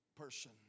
person